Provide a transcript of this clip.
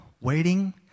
waiting